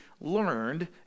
learned